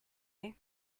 est